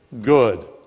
good